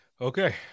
Okay